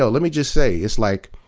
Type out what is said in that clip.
ah let me just say it's like,